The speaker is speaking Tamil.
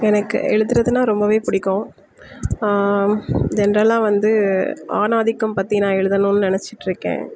எனக்கு எழுதுறதுன்னா ரொம்பவே பிடிக்கும் ஜென்ட்ரலாக வந்து ஆணாதிக்கம் பற்றி நான் எழுதணுன்னு நினச்சிட்ருக்கேன்